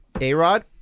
A-Rod